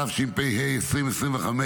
התשפ"ה 2025,